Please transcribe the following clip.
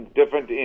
different